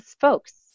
folks